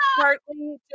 partly